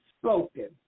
spoken